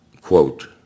quote